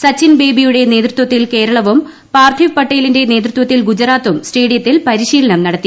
സച്ചിൻ ബേബിയുടെ നേതൃത്വത്തിൽ കേരളിവും പാർഥിവ് പട്ടേലിന്റെ നേതൃത്വത്തിൽ ഗുജറാത്തും സ്റ്റേഡിയത്തിൽ പരിശീലനം നടത്തി